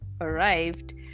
arrived